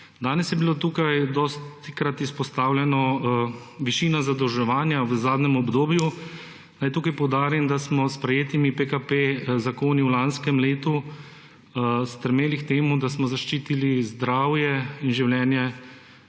Danes je bila dostikrat izpostavljena višina zadolževanja v zadnjem obdobju. Naj poudarim, da smo s sprejetimi PKP zakoni v lanskem letu stremeli k temu, da smo zaščitili zdravje in življenje